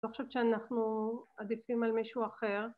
לא חושבת שאנחנו עדיפים על מישהו אחר.